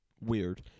Weird